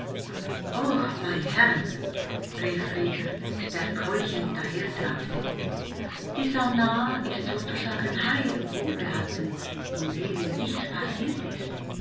o meine herren rief rieger der keuchend dahertrabte die sannah ist sozusagen heil und wohlbehalten indem ihr nichts passiert ist